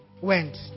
went